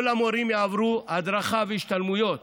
כל המורים יעברו הדרכה והשתלמויות